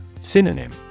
Synonym